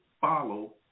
follow